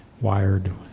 wired